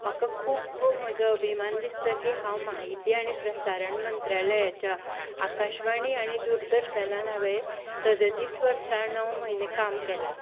म्हाका खूब खूब म्हजो अभिमान दिसता की हांव म्हायती आनी प्रसारण मंत्रालयाच्या आकाशवाणी आनी दुरदर्शनार हांवें सद्या तीस वर्सां णव म्हयनें काम केलां